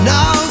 Now